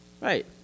Right